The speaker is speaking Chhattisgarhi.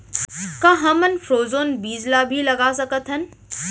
का हमन फ्रोजेन बीज ला भी लगा सकथन?